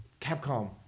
Capcom